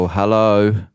Hello